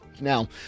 now